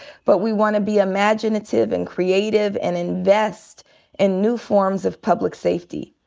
but we wanna be imaginative and creative and invest in new forms of public safety.